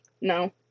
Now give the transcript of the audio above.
no